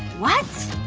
what?